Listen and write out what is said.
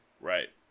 Right